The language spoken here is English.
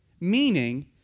Meaning